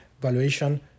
valuation